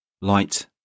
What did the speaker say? Light